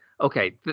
okay